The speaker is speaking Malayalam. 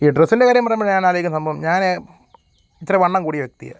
ഈ ഡ്രസ്സിന്റെ കാര്യം പറയുമ്പോൾ ഞാനാലോചിക്കുന്ന സംഭവം ഞാനെ ഇത്ര വണ്ണം കൂടിയ വ്യക്തിയാണ്